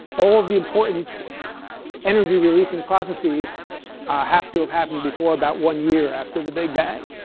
all of the important energy-releasing processes have to have happened before about one year after the big bang.